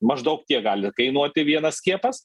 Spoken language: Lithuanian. maždaug tiek gali kainuoti vienas skiepas